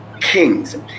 kings